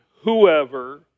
whoever